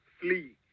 flee